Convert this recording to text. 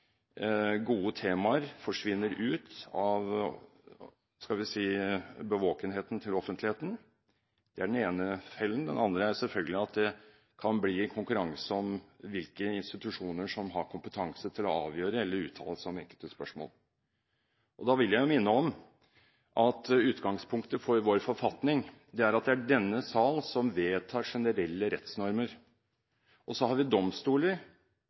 gode temaer forsvinner ut av – skal vi si – bevågenheten til offentligheten. Det er den ene fellen. Den andre er selvfølgelig at det kan bli konkurranse om hvilke institusjoner som har kompetanse til å avgjøre eller uttale seg om enkelte spørsmål. Da vil jeg minne om at utgangspunktet for vår forfatning er at det er denne sal som vedtar generelle rettsnormer. Så har vi domstoler,